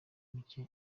mike